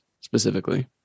specifically